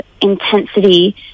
intensity